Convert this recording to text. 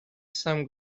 some